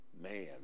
man